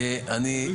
אני --- לא,